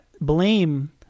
blame